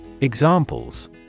Examples